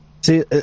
see